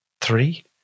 Three